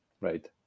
right